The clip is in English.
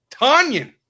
Tanyan